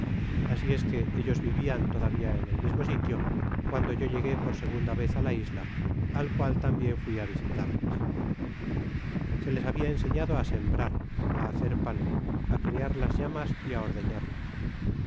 asi es que ellos vivian todavia en el mismo sitio cuando yo llegué por segunda vez á la isla al cual tambien fui á visitarles se les habia enseñado á sembrar á hacer pan á criar las llamas y á ordeñarlas